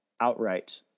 outright